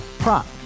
Prop